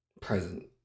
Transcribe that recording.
present